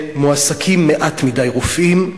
מועסקים מעט מדי רופאים,